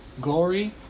glory